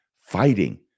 fighting